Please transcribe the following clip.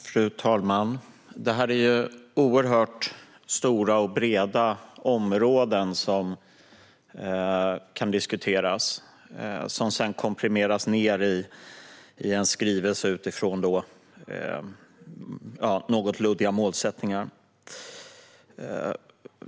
Fru talman! Detta handlar om mycket stora och breda områden som komprimeras i en skrivelse utifrån något luddiga målsättningar.